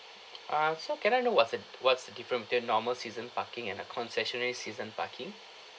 ah so can I know what's the what's the different between normal season parking and a concessionary season parking